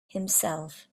himself